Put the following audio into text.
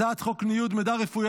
הצעת חוק ניוד מידע רפואי,